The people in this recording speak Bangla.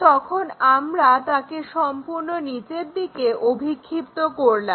তখন আমরা তাকে সম্পূর্ণ নিচের দিকে অভিক্ষিপ্ত করলাম